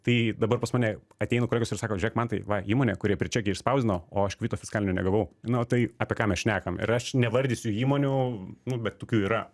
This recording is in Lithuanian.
tai dabar pas mane ateina kolegos ir sako žiūrėk mantai va įmonė kurią prie čekio išspausdinau o aš kvito fiskalinio negavau nu tai apie ką mes šnekam ir aš nevardysiu įmonių nu bet tokių yra